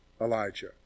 Elijah